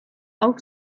auch